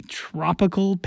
tropical